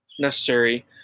necessary